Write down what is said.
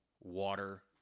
water